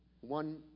one